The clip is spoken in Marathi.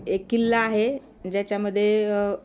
एक किल्ला आहे ज्याच्यामध्ये